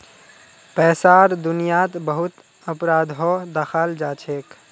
पैसार दुनियात बहुत अपराधो दखाल जाछेक